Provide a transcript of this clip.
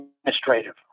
administrative